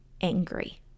angry